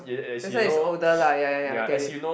that's why it's older lah ya ya ya I get it